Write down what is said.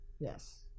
Yes